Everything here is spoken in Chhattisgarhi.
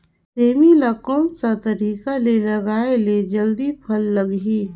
सेमी ला कोन सा तरीका से लगाय ले जल्दी फल लगही?